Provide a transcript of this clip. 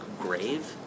grave